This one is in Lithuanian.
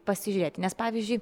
pasižiūrėti nes pavyzdžiui